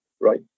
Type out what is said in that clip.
Right